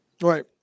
Right